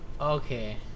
Okay